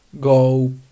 go